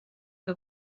que